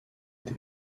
des